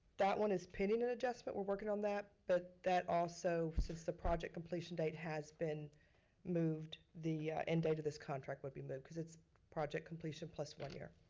that one is pending an adjustment. we're working on that but that also since the project completion date has been moved, the end date of this contract would be moved cause it's project completion plus one year.